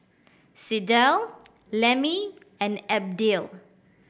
Sydell Lemmie and Abdiel